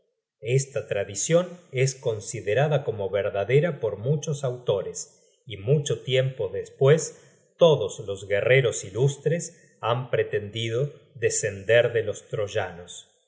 esta tradicion es considerada como verdadera por muchos autores y mucho tiempo despues todos los guerreros ilustres han pretendido descender de los troyanos